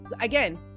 again